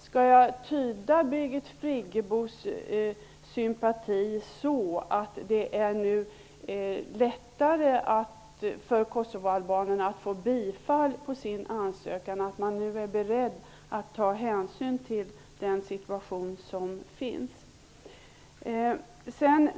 Skall jag tyda Birgit Friggebos sympatiyttring så, att det nu är lättare för kosovoalbanerna att få bifall till sin ansökan och att man nu är beredd att ta hänsyn till den situation som föreligger?